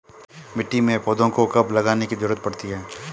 मिट्टी में पौधों को कब लगाने की ज़रूरत पड़ती है?